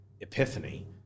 epiphany